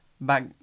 back